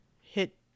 hit